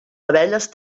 abelles